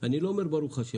אני לא אומר: "ברוך השם",